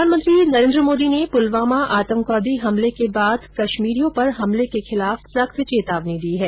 प्रधानमंत्री नरेन्द्र मोदी ने पुलवामा आतंकवादी हमले के बाद कश्मीरियों पर हमले के खिलाफ सख्त चेतावनी दी है